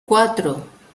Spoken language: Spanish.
cuatro